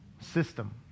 system